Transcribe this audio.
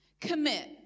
Commit